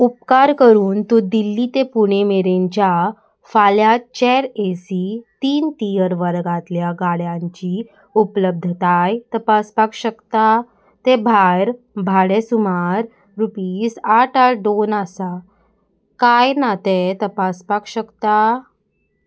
उपकार करून तूं दिल्ली ते पुणे मेरेनच्या फाल्यां चेर एसी तीन टीयर वर्गांतल्या गाड्यांची उपलब्धताय तपासपाक शकता ते भायर भाडें सुमार रुपीज आठ आठ दोन आसा काय ना तें तपासपाक शकता